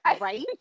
Right